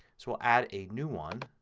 so we'll add a new one